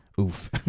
Oof